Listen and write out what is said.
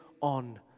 on